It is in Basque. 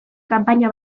kanpaina